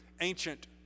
ancient